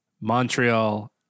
Montreal